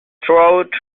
throughout